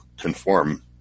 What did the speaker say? conform